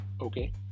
okay